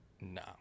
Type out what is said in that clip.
No